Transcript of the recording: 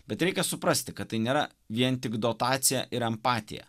bet reikia suprasti kad tai nėra vien tik dotacija ir empatija